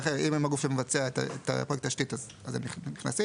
אם הם הגוף שמבצע את עבודות התשתית אז הם נכנסים,